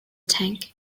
tank